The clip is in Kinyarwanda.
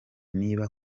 niba